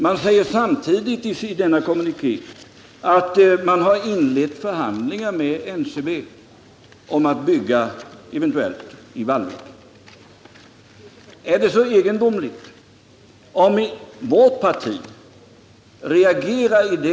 Man sade samtidigt i denna kommuniké att man hade inlett förhandlingar med NCB om att eventuellt bygga i Vallvik. Är det så egendomligt att mitt parti i det läget reagerade?